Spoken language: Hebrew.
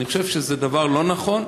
אני חושב שזה דבר לא נכון,